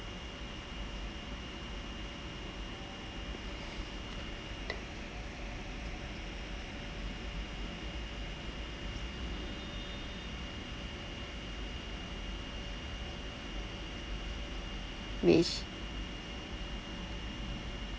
wish